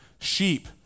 sheep